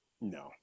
no